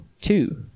two